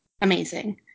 amazing